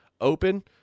open